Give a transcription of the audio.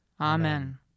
Amen